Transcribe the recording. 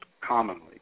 commonly